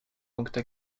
punkte